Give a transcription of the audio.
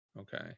Okay